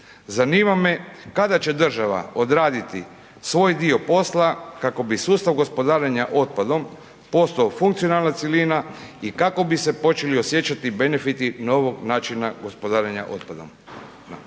Zanima me kada će država odraditi svoj dio posla kako bi sustav gospodarenja otpadom postao funkcionalna cjelina i kako bi se počeli osjećati benefiti novog načina gospodarenja otpadom.